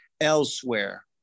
elsewhere